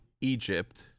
egypt